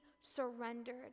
surrendered